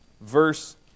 verse